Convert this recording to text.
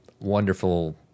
wonderful